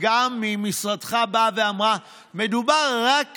הנציגה ממשרדך באה ואמרה: מדובר רק